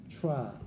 try